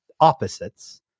opposites